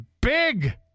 big